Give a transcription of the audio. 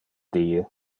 die